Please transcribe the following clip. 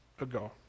ago